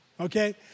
okay